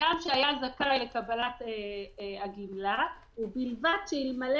"לאדם שהיה זכאי לקבלת הגמלה ובלבד שאלמלא